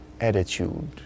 attitude